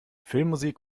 filmmusik